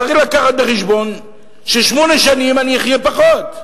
צריך לקחת בחשבון שאני אחיה שמונה שנים פחות.